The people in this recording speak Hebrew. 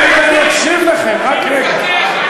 אבל למה, רגע, אני מקשיב לכם, רק רגע.